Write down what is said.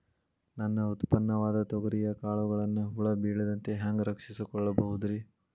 ನನ್ನ ಉತ್ಪನ್ನವಾದ ತೊಗರಿಯ ಕಾಳುಗಳನ್ನ ಹುಳ ಬೇಳದಂತೆ ಹ್ಯಾಂಗ ರಕ್ಷಿಸಿಕೊಳ್ಳಬಹುದರೇ?